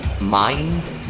Mind